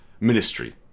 ministry